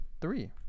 three